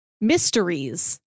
mysteries